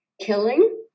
Killing